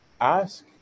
ask